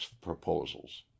Proposals